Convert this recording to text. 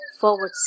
forward